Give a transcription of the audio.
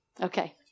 Okay